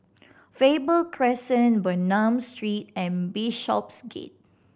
Faber Crescent Bernam Street and Bishopsgate